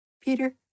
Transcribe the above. Peter